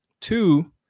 two